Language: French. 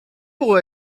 pour